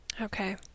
Okay